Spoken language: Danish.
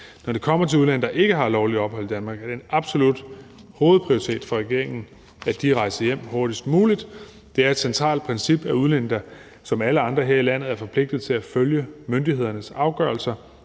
Når det kommer til udlændinge, der ikke har et lovligt ophold i Danmark, er det en absolut hovedprioritet for regeringen, at de rejser hjem hurtigst muligt. Det er et centralt princip, at udlændinge som alle andre her i landet er forpligtet til at følge myndighedernes afgørelser.